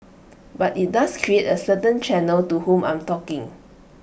but IT does create A certain channel to whom I'm talking